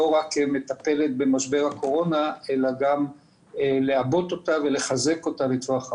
לא רק כמטפלת במשבר הקורונה אלא גם לעבות אותה ולחזק אותה לטווח ארוך.